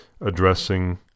addressing